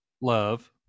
love